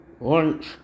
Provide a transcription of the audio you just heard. lunch